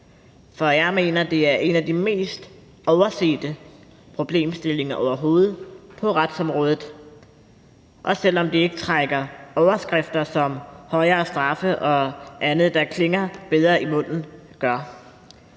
For jeg mener, det er en af de mest oversete problemstillinger overhovedet på retsområdet, også selv om det ikke trækker overskrifter som højere straffe og andet, der klinger bedre i munden, gør.